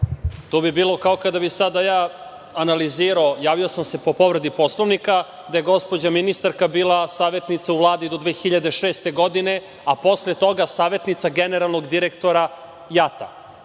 To bi bilo kao kada bi sada ja analizirao, javio sam se po povredi Poslovnika da je gospođa ministarka bila savetnica u Vladi do 2006. godine, a posle toga savetnica generalnog direktora JAT.